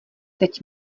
teď